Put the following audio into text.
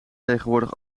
tegenwoordig